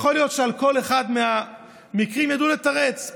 יכול להיות שאת כל אחד מהמקרים ידעו לתרץ,